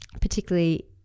particularly